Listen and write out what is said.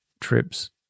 trips